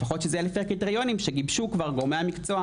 לפחות שזה יהיה לפי הקריטריונים שגיבשו כבר גורמי המקצוע,